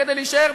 כדי להישאר,